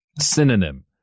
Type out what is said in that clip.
Synonym